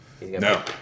No